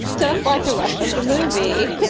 just like the rest of the movie